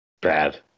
Bad